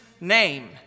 name